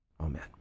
Amen